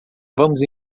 vamos